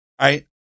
right